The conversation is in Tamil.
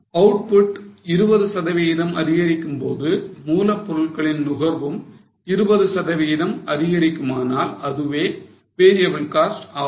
Output 20 சதவிகிதம் அதிகரிக்கும்போது மூலப்பொருட்களின் நுகர்வும் 20 சதவிகிதம் அதிகரிக்குமானால் அதுவே variable cost ஆகும்